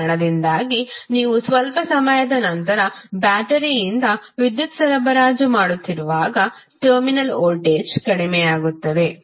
ಆ ಕಾರಣದಿಂದಾಗಿ ನೀವು ಸ್ವಲ್ಪ ಸಮಯದ ನಂತರ ಬ್ಯಾಟರಿಯಿಂದ ವಿದ್ಯುತ್ ಸರಬರಾಜು ಮಾಡುತ್ತಿರುವಾಗ ಟರ್ಮಿನಲ್ ವೋಲ್ಟೇಜ್ ಕಡಿಮೆಯಾಗುತ್ತದೆ